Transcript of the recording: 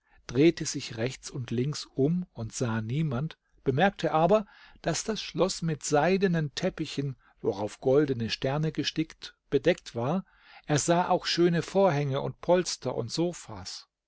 drehte sich rechts und links um und sah niemand bemerkte aber daß das schloß mit seidenen teppichen worauf goldene sterne gestickt bedeckt war er sah auch schöne vorhänge und polster und sofas